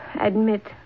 admit